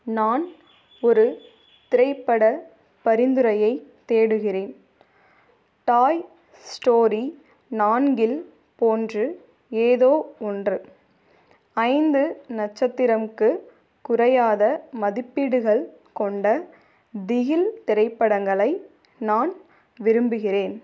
நான் ஒரு திரைப்பட பரிந்துரையைத் தேடுகிறேன் டாய் ஸ்டோரி நான்கு இல் போன்று ஏதோ ஒன்று ஐந்து நட்சத்திரம் க்கு குறையாத மதிப்பீடுகள் கொண்ட திகில் திரைப்படங்களை நான் விரும்புகிறேன்